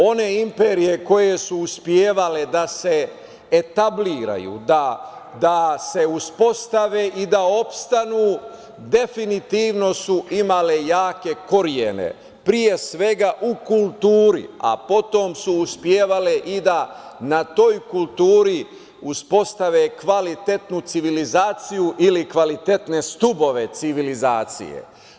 One imperije koje su uspevale da se etabliraju, da se uspostave i da opstanu, definitivno su imale jake korene, pre svega u kulturi, a potom su uspevale i da na toj kulturi uspostave kvalitetnu civilizaciju ili kvalitetne stubove civilizacije.